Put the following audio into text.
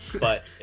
but-